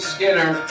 Skinner